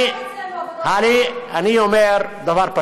אני מסכימה אתך,